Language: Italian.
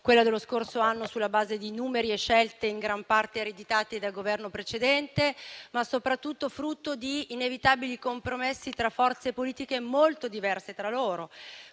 dello scorso anno sulla base di numeri e scelte in gran parte ereditati dal Governo precedente, ma soprattutto frutto di inevitabili compromessi tra forze politiche molto diverse tra loro.